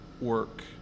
Work